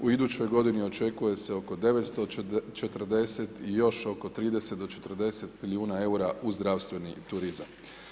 U idućoj godini očekuje se oko 940 i još oko 30 do milijuna eura u zdravstveni turizam.